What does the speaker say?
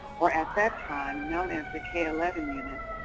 or at that time known as the k eleven unit,